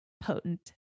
Potent